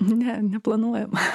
ne neplanuojama